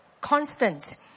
constant